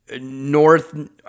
North